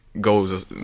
goes